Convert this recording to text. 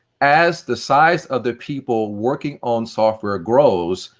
as the size of the people working on software grows,